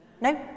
No